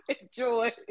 enjoy